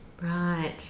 right